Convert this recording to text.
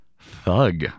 Thug